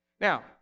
Now